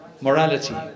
Morality